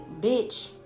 bitch